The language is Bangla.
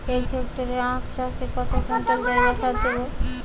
এক হেক্টরে আখ চাষে কত কুইন্টাল জৈবসার দেবো?